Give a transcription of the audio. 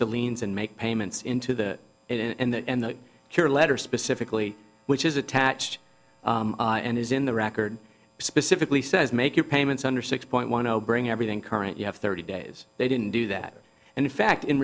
liens and make payments into the it and the care letter specifically which is attached and is in the record specifically says make your payments under six point one zero bring everything current you have thirty days they didn't do that and in fact in